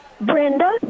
Brenda